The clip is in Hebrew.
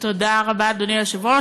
תודה רבה, אדוני היושב-ראש.